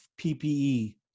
PPE